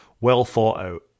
well-thought-out